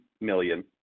million